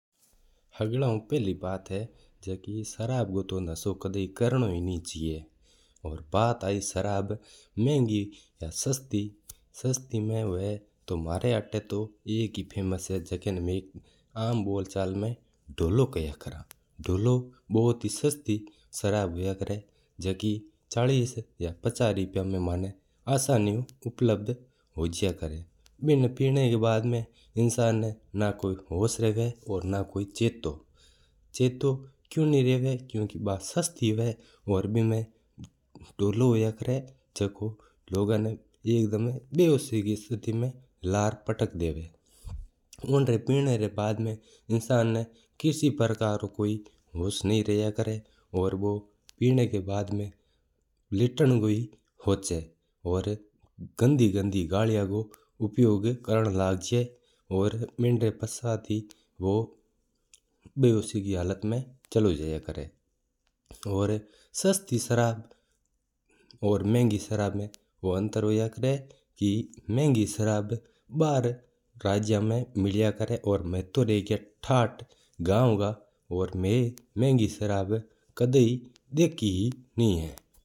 हगलाऊ फेली बात है जाकी सरब रू नाशो कदी ही करनो ही कोन चाईजा। और बात आई सत् महंगी और शस्ठी म्हारा आता एक ही फेमस है झाकी ना मैं आम बोल मैं धोळो खेया कर ह। धोला भुट्ट ही शस्ठी सरब होया कर है जाकी मना चालीस-पचास रुपया में मिल जवा है। बिना पीवणा री बाद अम्मि ना इंसान ना होश रेवा है और ना कोई बात। चाटू क्यू नी हुअ क्योंकि बा सस्ठी हुअ तो लोगा ना एक दम भेोशि री हालत में डल देवा है। उनरा पीवणा री बाद में इंसान ना किसी भी प्रकार को चट्टा कोन रेवा और बू पीवणा री बाद माईइतना रू ही सोचा। गंदी गंदी गल्लीया रू उपयोग भी करता है।